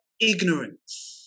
ignorance